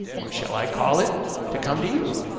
or shall i call it to come to you